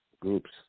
groups